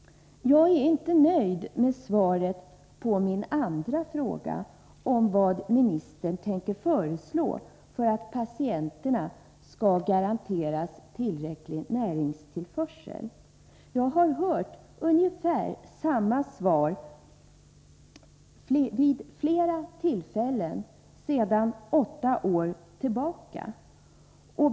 Jag är inte nöjd med svaret på min andra fråga, om vad ministern tänker föreslå för att patienterna skall garanteras tillräcklig näringstillförsel. Jag har hört ungefär samma svar vid flera tillfällen under åtta års tid.